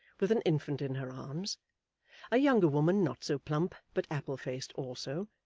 with an infant in her arms a younger woman not so plump, but apple-faced also,